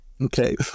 Okay